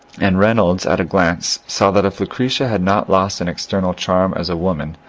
and re molds at a glance saw that if lucretia had not lost in external charm as a woman,